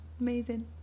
amazing